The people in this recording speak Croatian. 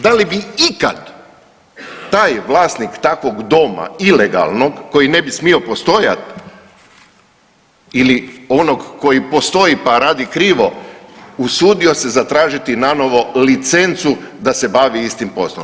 Da li bi ikad taj vlasnik takvog doma ilegalnog koji ne bi smio postojati ili onog koji postoji pa radi krivo usudio se zatražiti nanovo licencu da se bavi istim poslom.